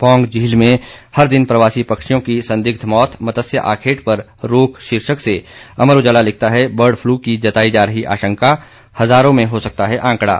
पौंग झील में हर दिन प्रवासी पक्षियों की संदिग्ध मौत मत्स्य आखेट पर रोक शीर्षक से अमर उजाला लिखता है बर्ड फ्लू की जताई जा रही आशंका हजारों में हो सकता है आंकड़ा